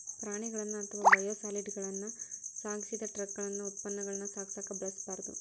ಪ್ರಾಣಿಗಳನ್ನ ಅಥವಾ ಬಯೋಸಾಲಿಡ್ಗಳನ್ನ ಸಾಗಿಸಿದ ಟ್ರಕಗಳನ್ನ ಉತ್ಪನ್ನಗಳನ್ನ ಸಾಗಿಸಕ ಬಳಸಬಾರ್ದು